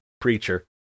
Preacher